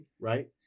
right